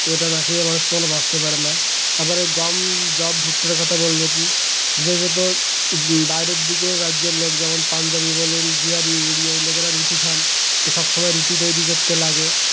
তো এটা না খেয়ে মানুষকে কখনো বাঁচতে পারে না তারপরে গম জব ভুট্টার কথা বলবো কি বিশেষত বাইরের দিকে রাজ্যের লোক যেমন পঞ্জাবি বলুন বিহারি উড়িয়া এই লোকেরা রুটি খান তো সব সময় রুটি তৈরি করতে লাগে